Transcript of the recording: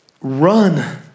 run